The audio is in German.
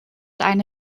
eine